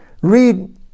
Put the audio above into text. Read